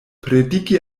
prediki